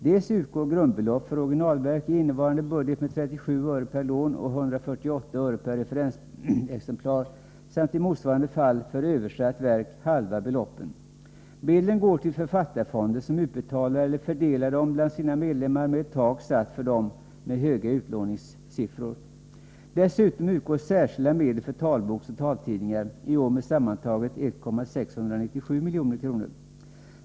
Till att börja med utgår enligt nuvarande budget ett grundbelopp på 37 öre per lån och 148 öre per referensexemplar när det gäller originalverk. För översatta verk utgår ersättning med halva beloppen. Medlen går till författarfonden, som utbetalar eller fördelar dem bland sina medlemmar, varvid man satt ett tak för verk med höga utlåningssiffror. Dessutom utgår särskilda medel för talböcker och taltidningar — i år med sammantaget 1,697 milj.kr.